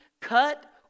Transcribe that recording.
cut